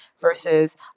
versus